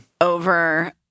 over